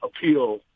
appeal